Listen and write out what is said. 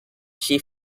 she